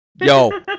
yo